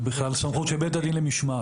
זה בכלל סמכות של בית הדין למשמעת,